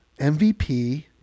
mvp